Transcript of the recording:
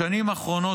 בשנים האחרונות,